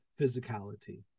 physicality